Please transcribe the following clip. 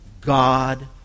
God